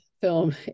film